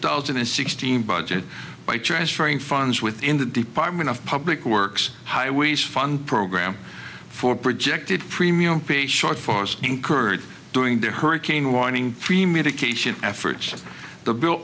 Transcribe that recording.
thousand and sixteen budget by transferring funds within the department of public works highways fund program for projected premium paid short force incurred during the hurricane warning premedication efforts the bill